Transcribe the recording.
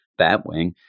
Batwing